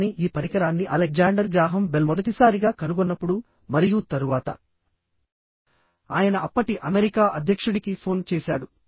కానీ ఈ పరికరాన్ని అలెగ్జాండర్ గ్రాహం బెల్ మొదటిసారిగా కనుగొన్నప్పుడు మరియు తరువాత ఆయన అప్పటి అమెరికా అధ్యక్షుడికి ఫోన్ చేశాడు